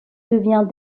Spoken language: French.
devient